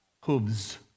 hooves